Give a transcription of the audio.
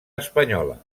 espanyola